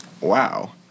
Wow